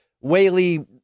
Whaley